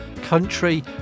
country